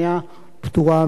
פטורה מתשלום.